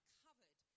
covered